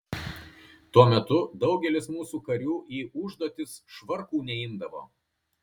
tuo metu daugelis mūsų karių į užduotis švarkų neimdavo